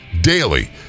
daily